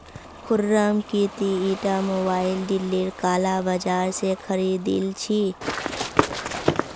खुर्रम की ती ईटा मोबाइल दिल्लीर काला बाजार स खरीदिल छि